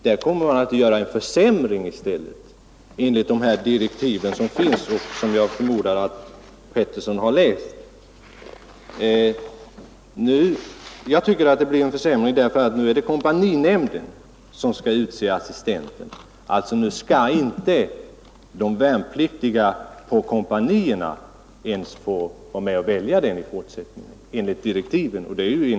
Där kommer man enligt de direktiv som finns och som jag förmodar att herr Petersson i Gäddvik har läst att i stället genomföra en klar försämring. I fortsättningen är det kompaninämnden som skall utse assistenten. Nu skall alltså inte de värnpliktiga på kompanierna ens få vara med och välja kompaniassistenter.